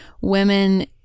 women